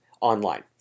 online